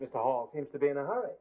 it's all seems to be in a hurry